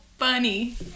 funny